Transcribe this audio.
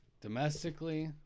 domestically